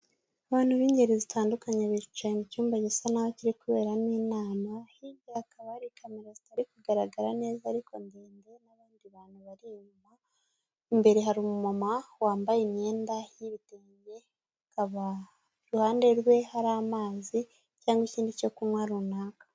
Abantu b'ingeri zitandukanye bicaye mu cyumba gisa n’aho kiri kuberamo inama, hirya hakaba hari camera zitari kugaragara neza ariko ndende, n'abandi bantu bar’inyuma. Imbere hari umu mama wambaye imyenda y'ibitenge, akaba iruhande rwe har’amazi cyangwa ikindi cyo kunywa runaka.